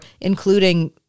including